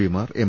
പിമാർ എം